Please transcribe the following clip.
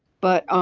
but